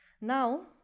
Now